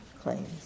claims